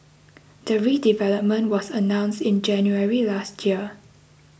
the redevelopment was announced in January last year